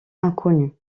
inconnu